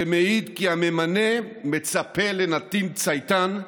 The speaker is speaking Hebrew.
זה מעיד כי הממנה מצפה לנתין צייתן,